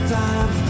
time